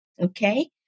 okay